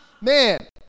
Man